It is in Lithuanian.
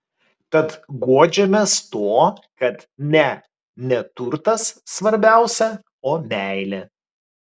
tad guodžiamės tuo kad ne neturtas svarbiausia o meilė